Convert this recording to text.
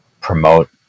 promote